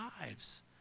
lives